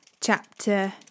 chapter